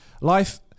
life